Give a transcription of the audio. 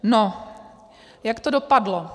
No, jak to dopadlo.